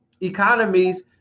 economies